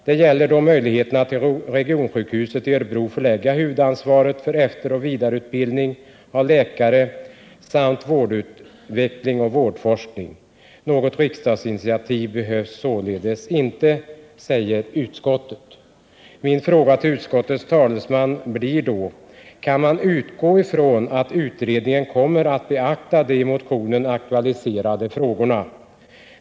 Det gäller då möjligheterna att till regionsjukhuset i Örebro förlägga huvudansvaret för efteroch vidareutbildning av läkare samt vårdutveckling och vårdforskning. Något riksdagsinitiativ behövs således inte, säger utskottet. Min fråga till utskottets talesman blir då: Kan man utgå från att utredningen kommer att beakta de i motionen aktualiserade frågorna?